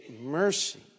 mercy